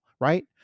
right